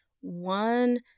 one